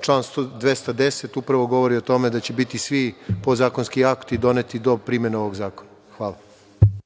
član 210. upravo govori o tome da će biti svi podzakonski akti doneti do primene ovog zakona. Hvala.